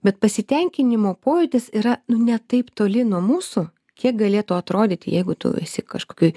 bet pasitenkinimo pojūtis yra nu ne taip toli nuo mūsų kiek galėtų atrodyti jeigu tu esi kažkokioj